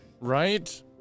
right